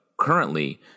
currently